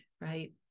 right